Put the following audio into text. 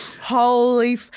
Holy